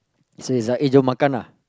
so it's like eh jom makan ah